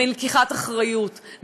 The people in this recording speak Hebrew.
מלקיחת אחריות,